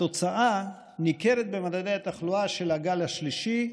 התוצאה ניכרת במדדי התחלואה של הגל השלישי,